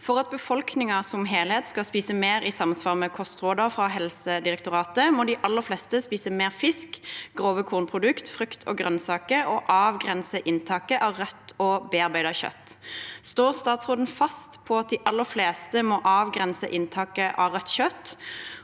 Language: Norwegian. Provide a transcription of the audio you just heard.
for at befolkningen som heilhet skal ete meir i samråd med kostråda frå Helsedirektoratet – må dei aller fleste ete meir fisk, grove kornprodukt, frukt og grønsaker, og avgrense inntaket av raudt og omarbeidd kjøt.» Står statsråden fast på at de aller fleste må avgrense inntaket av rødt kjøtt,